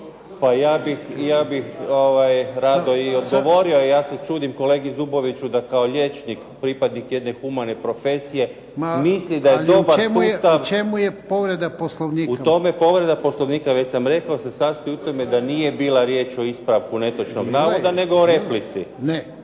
Pa ja bih rado i odgovorio, ja se čudim kolegi Zuboviću da kao liječnik, pripadnik jedne humane profesije misli da je dobar sustav. **Jarnjak, Ivan (HDZ)** U čemu je povreda Poslovnika? **Josipović, Ivo (SDP)** U tome je povreda Poslovnika, već sam rekao se sastoji u tome da nije bila riječ o ispravku netočnog navoda, nego o replici. 5